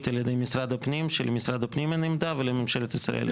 על ידי משרד הפנים שלמשרד הפנים אין עמדה ולממשלת ישראל אין עמדה.